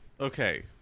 Okay